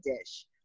dish